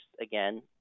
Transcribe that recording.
Again